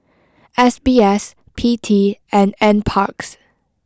S B S P T and N Parks